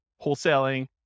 wholesaling